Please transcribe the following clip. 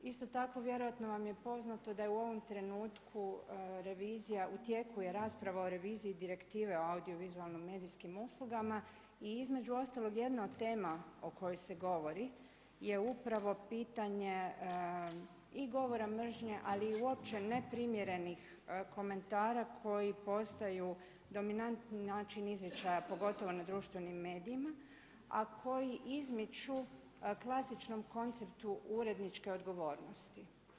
Isto tako vjerojatno vam je poznato da je u ovom trenutku revizija, u tijeku je rasprava o reviziji Direktive o audiovizualno medijskim uslugama i između ostalog jedna od tema o kojoj se govori je upravo pitanje i govora mržnje ali i uopće ne primjerenih komentara koji postaju dominantni način izričaja pogotovo nad društvenim medijima a koji izmiču klasičnom konceptu uredničke odgovornosti.